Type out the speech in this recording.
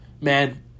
man